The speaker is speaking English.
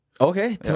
okay